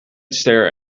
stare